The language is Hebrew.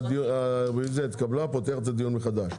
הצבעה הרוויזיה התקבלה אז אני פותח את הדיון מחדש.